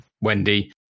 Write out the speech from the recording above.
Wendy